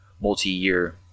multi-year